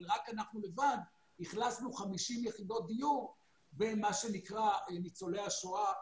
אבל רק אנחנו לבד אכלסנו 50 יחידות דיור במה שנקרא ניצולי השואה.